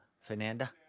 Fernanda